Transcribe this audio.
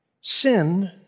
sin